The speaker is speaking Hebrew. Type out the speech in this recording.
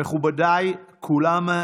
מכובדיי כולם,